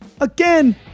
Again